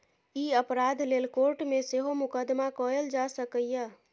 ई अपराध लेल कोर्ट मे सेहो मुकदमा कएल जा सकैए